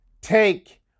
take